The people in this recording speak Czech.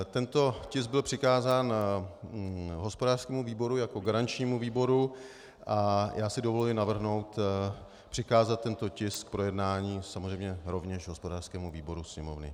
Tento tisk byl přikázán hospodářskému výboru jako garančnímu výboru a já si dovoluji navrhnout přikázat tento tisk k projednání samozřejmě rovněž hospodářskému výboru sněmovny.